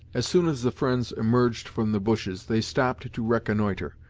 as soon as the friends emerged from the bushes, they stopped to reconnoitre.